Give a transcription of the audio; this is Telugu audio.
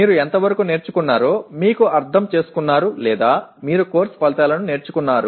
మీరు ఎంతవరకు నేర్చుకున్నారో మీరు అర్థం చేసుకున్నారు లేదా మీరు కోర్సు ఫలితాలను నేర్చుకున్నారు